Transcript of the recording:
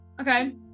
okay